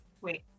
Wait